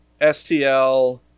STL